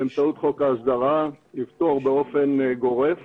באמצעות חוק ההסדרה לפתור באופן גורף